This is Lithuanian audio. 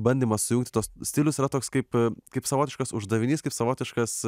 bandymas sujungti tuos stilius yra toks kaip kaip savotiškas uždavinys kaip savotiškas